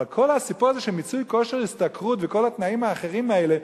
אבל כל הסיפור הזה של מיצוי כושר השתכרות וכל התנאים האחרים האלה,